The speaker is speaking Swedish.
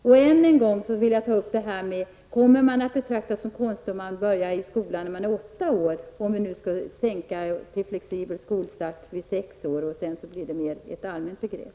Sedan vill jag än en gång ta upp detta: Kommer man att betraktas som konstig om man börjar skolan när man är åtta år, om vi skall sänka till flexibel skolstart vid sex år? Det blir ju då så småningom ett mer allmänt vedertaget begrepp.